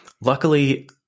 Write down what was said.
Luckily